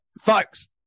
folks